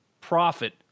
profit